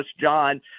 John